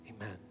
Amen